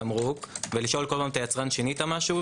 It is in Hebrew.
תמרוק ולשאול כל פעם את היצרן: שינית משהו?